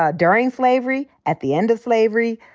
ah during slavery, at the end of slavery,